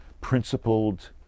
principled